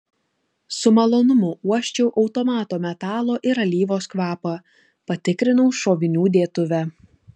su malonumu uosčiau automato metalo ir alyvos kvapą patikrinau šovinių dėtuvę